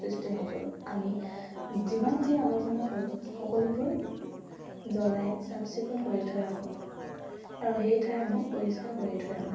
সৃষ্টি নকৰোঁ আমি যিমান যি আৱৰ্জনা কৰোঁ সকলোবোৰ জ্বলাই চাফ চিকুণ কৰি থৈ আহোঁ আৰু সেই ঠাই আমি পৰিষ্কাৰ কৰি থৈ আহোঁ